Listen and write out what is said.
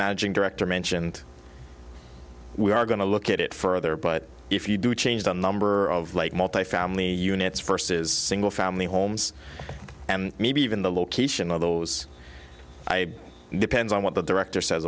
magic director mentioned we are going to look at it further but if you do change the number of like multifamily units first is family homes and maybe even the location of those i depends on what the director says